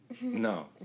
No